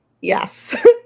Yes